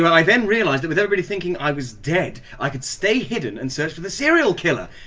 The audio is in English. i then realised that with everybody thinking i was dead, i could stay hidden and search for the serial killer.